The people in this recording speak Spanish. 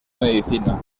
medicina